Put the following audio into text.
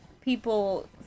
people